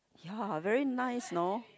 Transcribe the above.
ya very nice you know